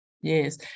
Yes